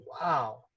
wow